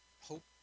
hope